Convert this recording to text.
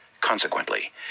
Consequently